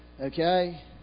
Okay